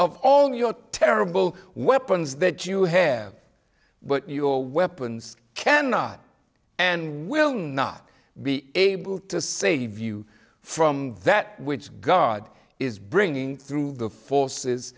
of all your terrible weapons that you have but your weapons cannot and will not be able to save you from that which god is bringing through the forces